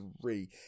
three